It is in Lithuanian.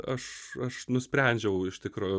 aš aš nusprendžiau iš tikro